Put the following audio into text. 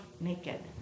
naked